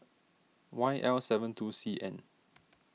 Y L seven two C N